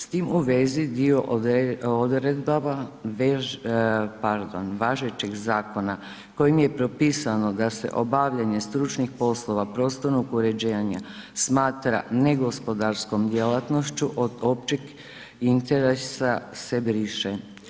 S tim u vezi dio odredaba, pardon važećeg zakona kojim je propisano da se obavljanje stručnih poslova, prostornog uređenja smatra negospodarskom djelatnošću od općeg interesa se briše.